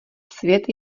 svět